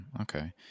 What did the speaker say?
Okay